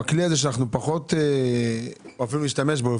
הכלי הזה שאנחנו פחות אוהבים להשתמש בו,